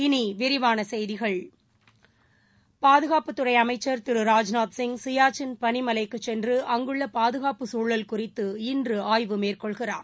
இனி விரிவான செய்திகள் பாதுகாப்புத்துறை அமைச்சர் திரு ராஜ்நாத்சிய் சியாச்சின் பனிமலைக்குச் சென்று அங்குள்ள பாதுகாப்பு சூழல் குறித்து இன்று ஆய்வு மேற்கொள்கிறார்